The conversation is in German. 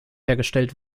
hergestellt